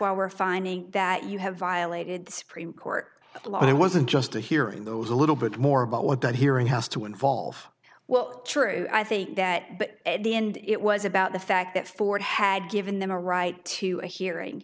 why we're finding that you have violated supreme court law but it wasn't just a hearing those a little bit more about what that hearing has to involve well true i think that but at the end it was about the fact that ford had given them a right to a hearing